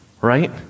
right